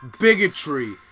bigotry